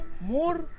more